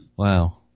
Wow